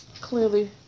Clearly